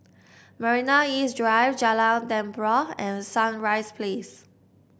Marina East Drive Jalan Tempua and Sunrise Place